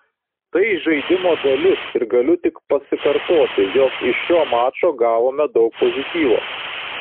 tai žaidimo dalis ir galiu tik pasikartoti jog iš šio mačo gavome daug pozityvo